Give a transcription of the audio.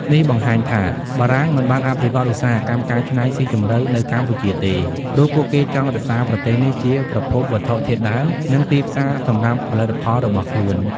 នេះបង្ហាញថា បារាំងមិនបានអភិវឌ្ឍន៍ឧស្សាហកម្មកែច្នៃស៊ីជម្រៅនៅកម្ពុជាទេ ព្រោះពួកគេចង់រក្សាប្រទេសនេះជាប្រភពវត្ថុធាតុដើម និងទីផ្សារសម្រាប់ផលិតផលរបស់ខ្លួន។